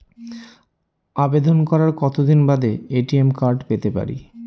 আবেদন করার কতদিন বাদে এ.টি.এম কার্ড পেতে পারি?